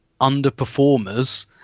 underperformers